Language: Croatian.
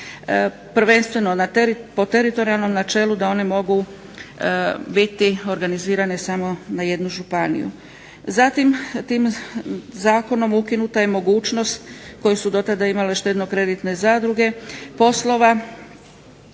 prvenstveno po teritorijalnom načelu da one mogu biti organizirane samo na jednu županiju. Zatim, tim zakonom ukinuta je mogućnost koju su do tada imale štedno-kreditne zadruge poslova